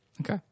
Okay